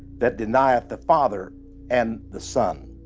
that denieth the father and the son.